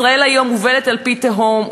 ישראל היום מובלת אל פי תהום,